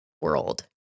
world